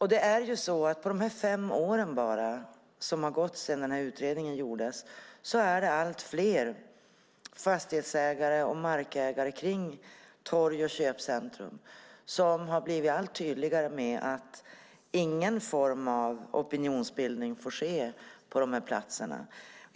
Under de fem år som har gått sedan utredningen gjordes har allt fler fastighetsägare kring torg och köpcentrum som blivit tydliga med att ingen form av opinionsbildning får ske på dessa platser.